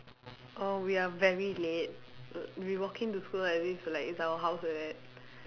orh we are very late l~ we walking to school as if like it's our house like that